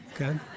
okay